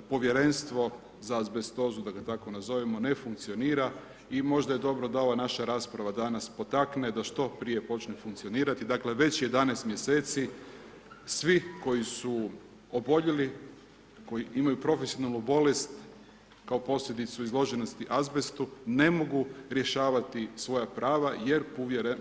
Povjerenstvo za azbestozu da ga tako nazovemo, ne funkcionira i možda je dobro da ova naša rasprava dana potakne da što prije počne funkcionirati, dakle već 11 mj. svi koji su oboljeli, koji imaju profesionalnu bolest kao posljedicu izloženosti azbestu, ne mogu rješavati svoja prava jer